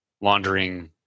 laundering